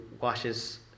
washes